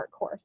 workhorse